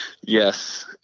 Yes